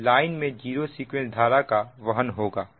तो लाइन में zero sequence धारा का वहन होगा